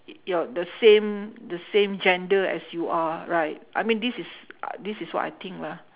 y~ your the same the same gender as you are right I mean this is a~ this is what I think lah